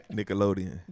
Nickelodeon